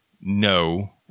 No